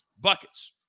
buckets